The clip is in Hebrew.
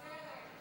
מוותרת.